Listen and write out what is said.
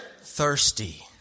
thirsty